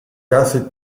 casi